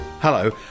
Hello